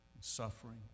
suffering